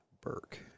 Burke